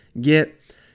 get